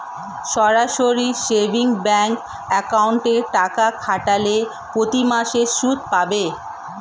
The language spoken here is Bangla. সরাসরি সেভিংস ব্যাঙ্ক অ্যাকাউন্টে টাকা খাটালে প্রতিমাসে সুদ পাবে